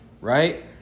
right